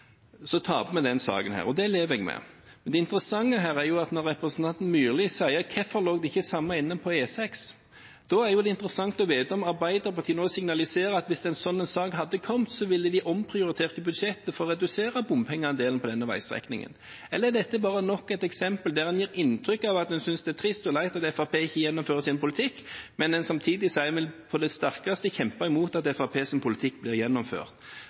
Så taper vi den saken her, og det lever jeg med. Det interessante her er at når representanten Myrli spør hvorfor det samme ikke lå inne på E6, er det interessant å vite om Arbeiderpartiet nå signaliserer at hvis en sånn sak hadde kommet, ville de omprioritert i budsjettet for å redusere bompengeandelen på denne veistrekningen. Eller er dette bare nok et eksempel der en gir inntrykk av at en synes det er trist og leit at Fremskrittspartiet ikke gjennomfører sin politikk, samtidig som en på det sterkeste har kjempet imot at Fremskrittspartiets politikk blir gjennomført.